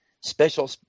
special